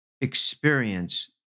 experience